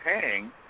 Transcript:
paying